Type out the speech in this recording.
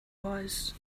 was